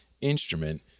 instrument